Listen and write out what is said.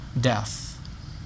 death